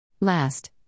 Last